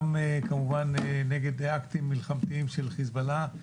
גם כמובן נגד אקטים מלחמתיים של חיזבאללה,